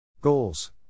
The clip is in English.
Goals